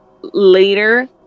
later